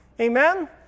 amen